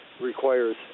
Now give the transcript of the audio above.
requires